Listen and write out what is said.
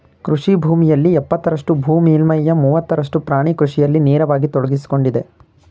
ಕೃಷಿ ಭೂಮಿಯಲ್ಲಿ ಎಪ್ಪತ್ತರಷ್ಟು ಭೂ ಮೇಲ್ಮೈಯ ಮೂವತ್ತರಷ್ಟು ಪ್ರಾಣಿ ಕೃಷಿಯಲ್ಲಿ ನೇರವಾಗಿ ತೊಡಗ್ಸಿಕೊಂಡಿದೆ